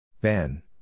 Ben